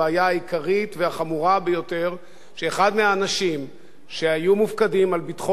שאחד מהאנשים שהיו מופקדים על ביטחון ישראל בשנים האחרונות,